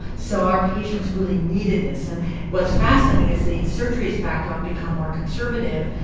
so our patients really needed this. and what's fascinating, as the surgery has backed off, become more conservative,